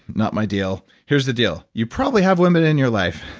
not my deal. here's the deal. you probably have women in your life,